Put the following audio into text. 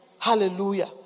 Hallelujah